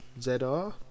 zr